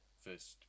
first